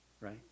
right